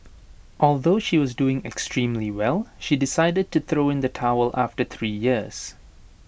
although she was doing extremely well she decided to throw in the towel after three years